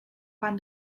pan